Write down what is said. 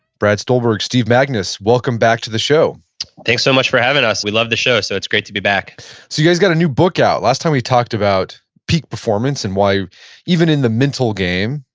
brad stulberg, steve magness, welcome back to the show thank so much for having us. we love the show, so it's great to be back so, you guys got a new book out. last time we talked about peak performance and why even in the mental game,